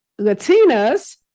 Latinas